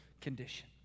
condition